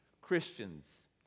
christians